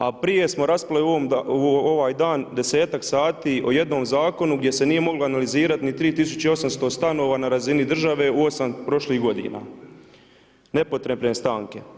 A prije smo raspravili ovaj dan desetak sati o jednom zakonu gdje se nije moglo analizirati ni 3800 stanova na razini države u 8 prošlih godina nepotrebne stanke.